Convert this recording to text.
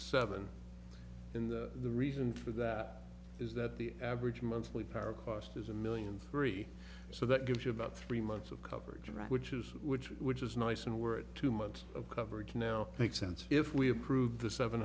seven in the reason for that is that the average monthly power cost is a million three so that gives you about three months of coverage right which is which which is nice and worth two months of coverage now makes sense if we approve the seven